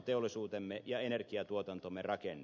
teollisuutemme ja energiatuotantomme rakenne